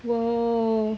!wow!